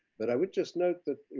but i would just note that,